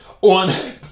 on